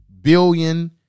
billion